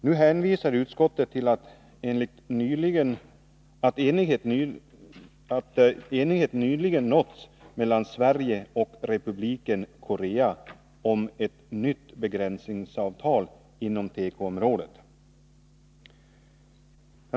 Nu hänvisar utskottet till att enighet nyligen har nåtts mellan Sverige och Republiken Korea om ett nytt begränsningsavtal inom tekoområdet.